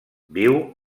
viu